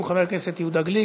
הוא חבר הכנסת יהודה גליק.